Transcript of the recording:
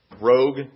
rogue